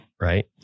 Right